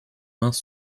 mains